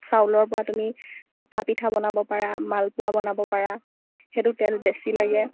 চাউলৰ পৰা তুমি টোপাপিঠা বনাব পাৰা মালপোৱা বনাব পাৰা সেইটোত তেল বেছি লাগে